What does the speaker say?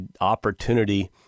opportunity